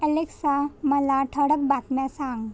Alexa मला ठळक बातम्या सांग